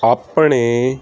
ਆਪਣੇ